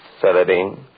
Saladin